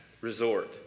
resort